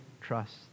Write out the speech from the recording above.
trust